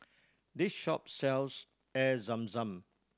this shop sells Air Zam Zam